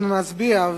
אנחנו נצביע,